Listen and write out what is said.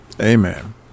Amen